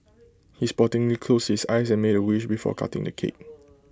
he sportingly closed his eyes and made A wish before cutting the cake